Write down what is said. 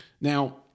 Now